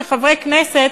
כחברי כנסת,